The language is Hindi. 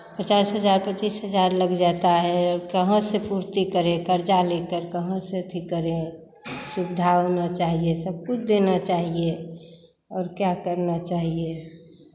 पचास हज़ार पच्चीस हज़ार लग जाता है कहाँ से पूर्ति करें कर्ज़ा लेकर कहाँ से अथी करें सुविधा होना चाहिए सब कुछ देना चाहिए और क्या करना चाहिए